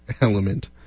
element